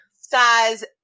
Size